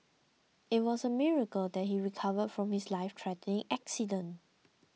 it was a miracle that he recovered from his lifethreatening accident